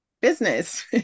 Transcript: Business